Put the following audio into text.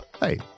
Hey